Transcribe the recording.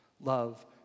love